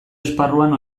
esparruan